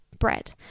Bread